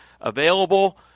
available